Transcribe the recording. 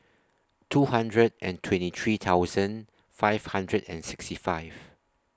two hundred and twenty three thousand five hundred and sixty five